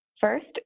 First